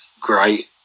great